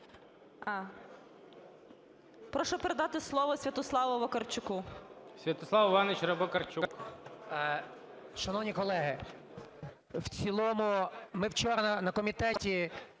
Прошу передати слово Святославу Вакарчуку.